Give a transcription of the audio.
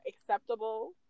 acceptable